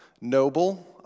noble